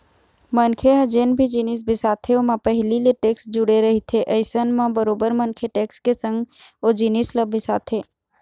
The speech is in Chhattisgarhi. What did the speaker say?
मनखे ह जेन भी जिनिस बिसाथे ओमा पहिली ले टेक्स जुड़े रहिथे अइसन म बरोबर मनखे टेक्स के संग ओ जिनिस ल बिसाथे